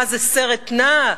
מה זה, סרט נע?